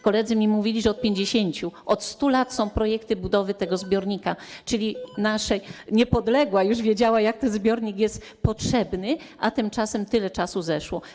Koledzy mi mówili, że od 50. Od 100 lat są projekty budowy tego zbiornika, czyli Niepodległa już wiedziała, jak ten zbiornik jest potrzebny, a tymczasem tyle czasu zeszło.